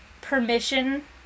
permission